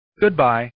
Goodbye